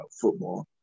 football